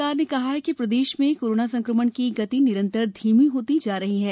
राज्य सरकार ने कहा है कि प्रदेश में कोरोना संक्रमण की गति निरंतर धीमी होती जा रही हैं